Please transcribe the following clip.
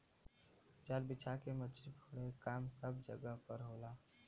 जाल बिछा के मछरी पकड़े क काम सब जगह पर होला